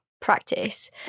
practice